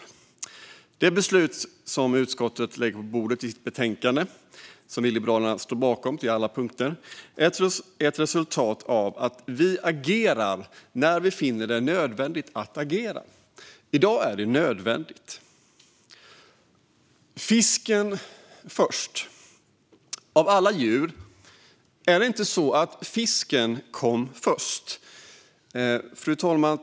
Utskottets förslag i betänkandet, som ligger på bordet, står vi i Liberalerna bakom på alla punkter. Det är ett resultat av att vi agerar när vi finner det nödvändigt att agera. I dag är det nödvändigt. Fisken först. Är det inte så att fisken, av alla djur, kom först? Fru talman!